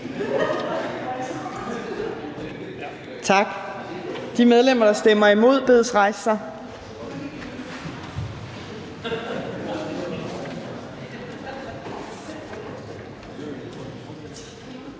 Tak. De medlemmer, der stemmer imod, bedes rejse sig.